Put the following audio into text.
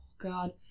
god